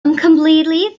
completely